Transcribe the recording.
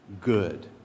good